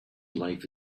life